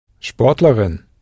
Sportlerin